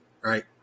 right